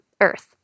Earth